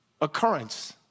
occurrence